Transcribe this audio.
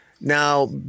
Now